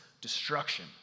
destruction